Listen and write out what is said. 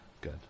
good